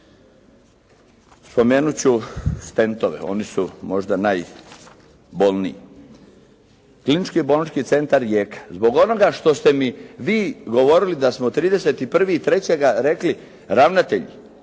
spomenut ću stentove. Oni su možda najbolni. Klinički bolnički centar Rijeka. Zbog onoga što ste mi vi govorili da smo 31.3. rekli ravnatelji